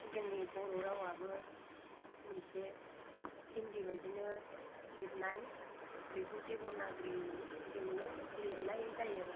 जोंनि बर' रावाबो मोनसे हिन्दी बायदिनो लिरनाय बेखौ देबनागिरिजोंनो लिरनाय जायो